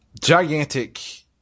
gigantic